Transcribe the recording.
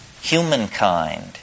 humankind